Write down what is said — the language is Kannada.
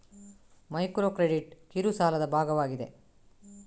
ಮೈಕ್ರೋ ಕ್ರೆಡಿಟ್ ಕಿರು ಸಾಲದ ಭಾಗವಾಗಿದೆ